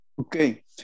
Okay